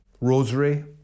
rosary